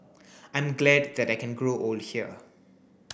I'm glad that I can grow old here